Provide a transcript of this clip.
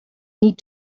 need